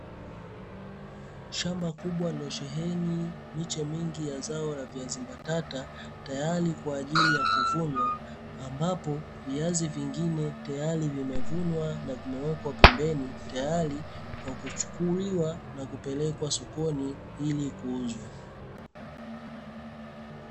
Shamba kubwa lililosheheni miche mingi ya zao la viazi mbatata tayari kwaajili ya kuvunwa, ambapo viazi vingine tayari vimevunwa na vimewekwa pembeni tayari kwa kuchukuliwa na kupelekwa sokoni ili kuuzwa.